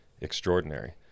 extraordinary